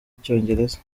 icyongereza